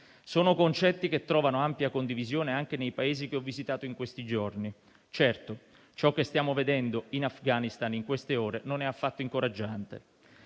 di concetti che trovano ampia condivisione anche nei Paesi che ho visitato in questi giorni. Certo, ciò che stiamo vedendo in Afghanistan in queste ore non è affatto incoraggiante.